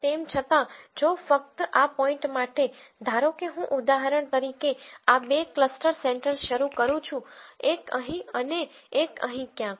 તેમ છતાં જો ફક્ત આ પોઈન્ટ માટે ધારો કે હું ઉદાહરણ તરીકે આ બે ક્લસ્ટર સેન્ટર્સ શરૂ કરું છું એક અહીં અને એક અહીં ક્યાંક